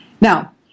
Now